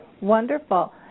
Wonderful